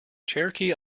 cherokee